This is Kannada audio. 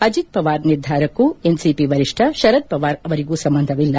ಅಜಿತ್ ಪವಾರ್ ನಿರ್ಧಾರಕ್ತೂ ಎನ್ಸಿಪಿ ವರಿಷ್ಠ ಶರದ್ ಪವಾರ್ ಅವರಿಗೂ ಸಂಬಂಧವಿಲ್ಲ